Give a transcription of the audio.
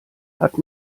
hat